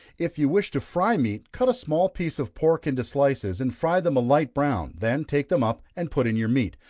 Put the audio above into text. if you wish to fry meat, cut a small piece of pork into slices, and fry them a light brown, then take them up and put in your meat,